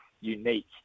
unique